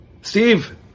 Steve